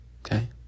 Okay